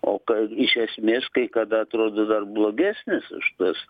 o ka iš esmės kai kada atrodo dar blogesnis už tuos